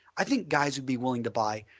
i think guys will be willing to buy